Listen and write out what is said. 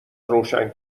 روشن